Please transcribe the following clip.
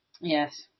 Yes